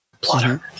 Plotter